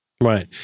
Right